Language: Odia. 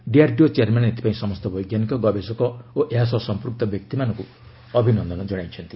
ଡିଆର୍ଡିଓ ଚେୟାରମ୍ୟାନ୍ ଏଥିପାଇଁ ସମସ୍ତ ବୈଜ୍ଞାନିକ ଗବେଷକ ଓ ଏହା ସହ ସଂପୃକ୍ତ ବ୍ୟକ୍ତିମାନଙ୍କୁ ଅଭିନନ୍ଦନ ଜଣାଇଛନ୍ତି